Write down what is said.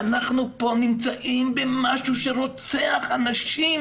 'פרויקטור'.אנחנו פה נמצאים במשהו שרוצח אנשים,